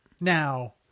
Now